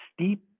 steep